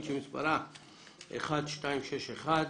מ/1261,